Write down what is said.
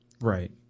Right